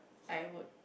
I would